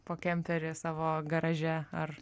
po kemperį savo garaže ar